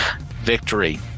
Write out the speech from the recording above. victory